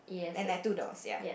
and like two doors ya